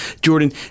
Jordan